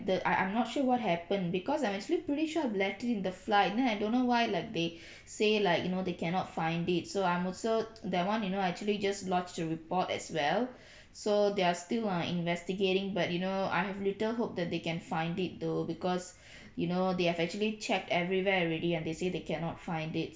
the I I'm not sure what happened because I'm actually pretty sure I've left it in the flight then I don't know why like they say like you know they cannot find it so I'm also that one you know I actually just lodged a report as well so they are still uh investigating but you know I have little hope that they can find it though because you know they have actually checked everywhere already and they say they cannot find it